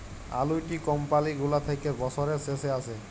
আলুইটি কমপালি গুলা থ্যাকে বসরের শেষে আসে